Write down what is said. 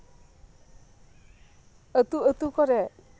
ᱟᱹᱛᱩᱼᱟᱹᱛᱩ ᱠᱚᱨᱮ